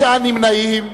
63, נמנעים,